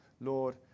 Lord